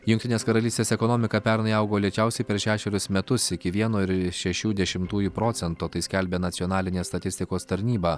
jungtinės karalystės ekonomika pernai augo lėčiausiai per šešerius metus iki vieno ir šešių dešimtųjų procento tai skelbia nacionalinė statistikos tarnyba